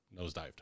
nosedived